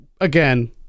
again